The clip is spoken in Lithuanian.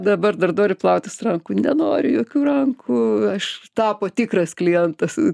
dabar dar nori plautis rankų nenoriu jokių rankų aš tapo tikras klientas